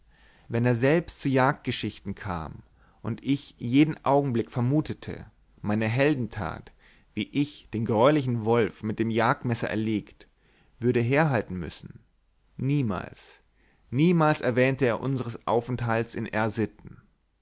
wenn es selbst zu jagdgeschichten kam und ich jeden augenblick vermutete meine heldentat wie ich den greulichen wolf mit dem jagdmesser erlegt würde herhalten müssen niemals niemals erwähnte er unseres aufenthalts in r sitten